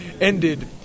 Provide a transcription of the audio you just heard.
ended